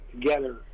together